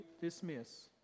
dismiss